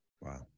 wow